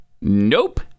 Nope